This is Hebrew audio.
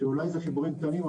הם אולי חיבורים קטנים,